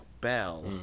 Bell